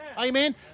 Amen